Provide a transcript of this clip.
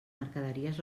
mercaderies